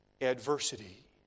adversity